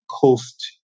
coast